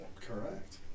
Correct